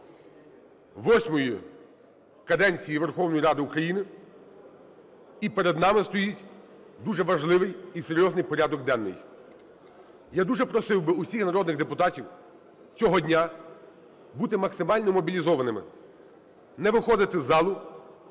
восьмої каденції Верховної Ради України, і перед нами стоїть дуже важливий і серйозний порядок денний. Я дуже просив би всіх народних депутатів цього дня бути максимально мобілізованими, не виходити із залу.